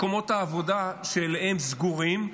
מקומות העבודה שלהם סגורים,